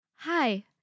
Hi